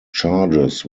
charges